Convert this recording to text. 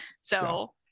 So-